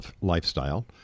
lifestyle